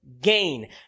gain